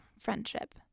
friendship